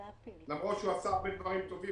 למרות שהוא עשה הרבה דברים טובים,